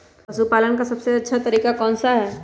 पशु पालन का सबसे अच्छा तरीका कौन सा हैँ?